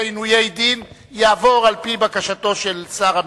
עינוי דין תעבור על-פי בקשתו של שר המשפטים,